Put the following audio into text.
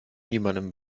niemandem